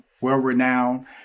well-renowned